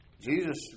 Jesus